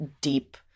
deep